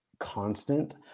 constant